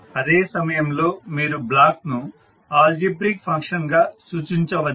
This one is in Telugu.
అదే సమయంలో మీరు బ్లాక్ను ఆల్జిబ్రిక్ ఫంక్షన్ గా సూచించవచ్చు